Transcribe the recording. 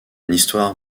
histoire